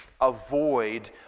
avoid